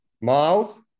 Miles